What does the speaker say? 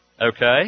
Okay